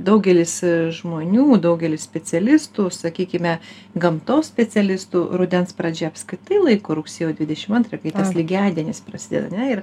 na daugelis žmonių daugelis specialistų sakykime gamtos specialistų rudens pradžia apskritai laiko rugsėjo dvidešim antrą kai tas lygiadienis prasideda ane ir